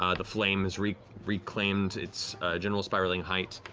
um the flame's reclaimed its general spiraling height.